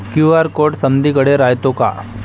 QR code समदीकडे रायतो का?